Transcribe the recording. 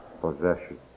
possession